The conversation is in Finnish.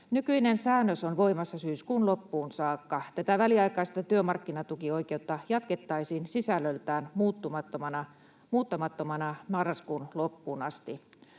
Nykyinen säännös on voimassa syyskuun loppuun saakka. Tätä väliaikaista työmarkkinatukioikeutta jatkettaisiin sisällöltään muuttamattomana marraskuun loppuun asti.